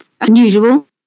unusual